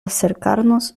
acercarnos